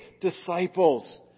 disciples